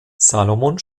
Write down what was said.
salomon